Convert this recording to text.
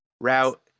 route